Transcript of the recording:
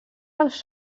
els